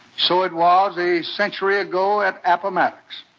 so it was a century ago at appomattox.